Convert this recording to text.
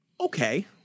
okay